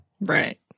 Right